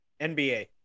NBA